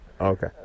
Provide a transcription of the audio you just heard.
Okay